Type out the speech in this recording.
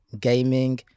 gaming